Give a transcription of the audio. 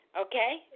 okay